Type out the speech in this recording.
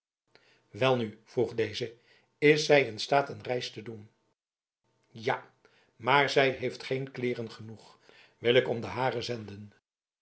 welnu vroeg deze is zij in staat een reis te doen ja maar zij heeft geen kleeren genoeg wil ik om de hare zenden